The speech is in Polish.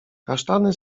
kasztany